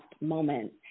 moment